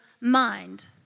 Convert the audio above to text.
mind